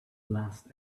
last